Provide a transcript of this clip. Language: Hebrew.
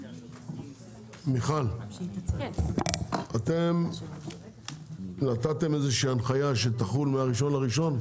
מיכל, אתם נתתם הנחיה שתחול מתאריך ה-1 לינואר?